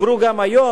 דיברו גם היום,